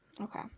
Okay